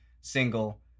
single